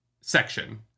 section